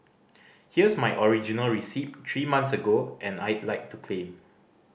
here's my original receipt three months ago and I'd like to claim